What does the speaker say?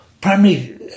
Primary